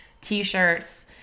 T-shirts